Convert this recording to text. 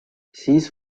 siis